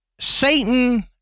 Satan